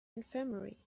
infirmary